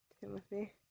Timothy